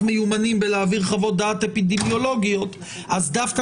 מיומנים בהעברת חוות דעת אפידמיולוגיות אז דווקא